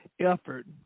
Effort